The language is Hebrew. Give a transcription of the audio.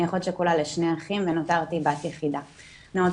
אני אחות שכולה לשני אחים ונותרתי בת יחידה.